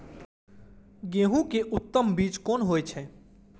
गेंहू के उत्तम बीज कोन होय छे?